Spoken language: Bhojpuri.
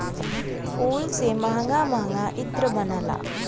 फूल से महंगा महंगा इत्र बनला